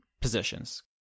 positions